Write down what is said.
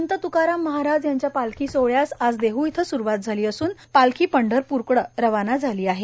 संत त्काराम महाराज यांच्या पालखी सोहळ्यास आज देह इथं स्रूवात झाली असून पालखी पंढरपूर कडे रवाना झाली आहे